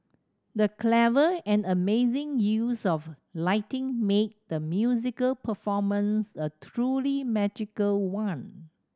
the clever and amazing use of lighting made the musical performance a truly magical one